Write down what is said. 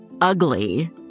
ugly